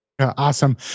Awesome